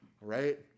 right